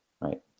Right